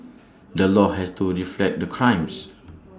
the law has to reflect the crimes